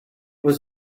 was